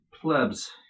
Plebs